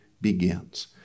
begins